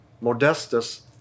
Modestus